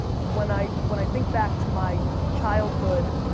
when i when i think back to my childhood,